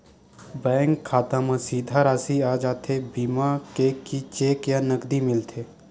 Bank खाता मा सीधा राशि आ जाथे बीमा के कि चेक या नकदी मिलथे?